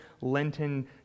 Lenten